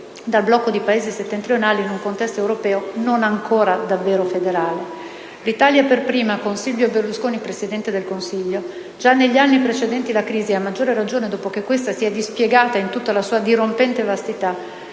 dal blocco dei Paesi settentrionali, in un contesto europeo non ancora davvero federale. L'Italia per prima, con Silvio Berlusconi presidente del Consiglio, già negli anni precedenti la crisi e, a maggior ragione, dopo che questa si è dispiegata in tutta la sua vastità